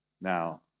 Now